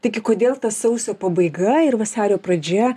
taigi kodėl tas sausio pabaiga ir vasario pradžia